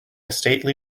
stately